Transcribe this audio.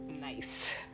Nice